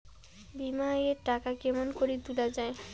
বিমা এর টাকা কেমন করি তুলা য়ায়?